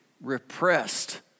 repressed